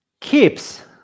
keeps